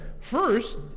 first